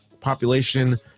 population